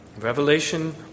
Revelation